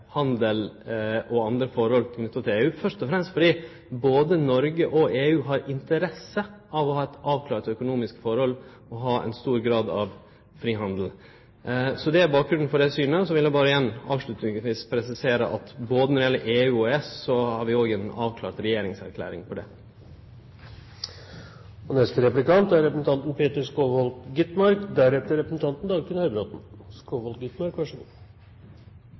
handel og andre forhold knytte til EU, først og fremst fordi både Noreg og EU har interesse av å ha eit avklara økonomisk forhold og ein stor grad av frihandel. Det er bakgrunnen for det synet. Så vil eg berre avslutningsvis presisere at når det gjeld både EU og EØS, har vi ei avklara regjeringserklæring. Hellas, Spania og Portugal er alle styrt av venstresiden. Hellas, Spania og